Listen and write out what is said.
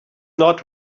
not